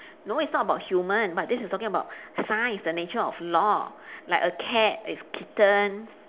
no it's not about human but this is talking about science the nature of law like a cat is kitten